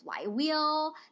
Flywheel